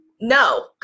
No